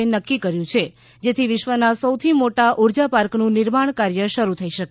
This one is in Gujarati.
એ નક્કી કર્યું છે જેથી વિશ્વના સૌથી મોટા ઉર્જા પાર્કનું નિર્માણ કાર્ય શરુ થઇ શકે